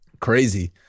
Crazy